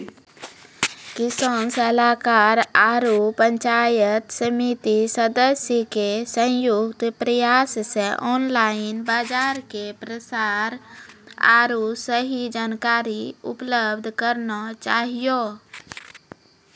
किसान सलाहाकार आरु पंचायत समिति सदस्य के संयुक्त प्रयास से ऑनलाइन बाजार के प्रसार आरु सही जानकारी उपलब्ध करना चाहियो?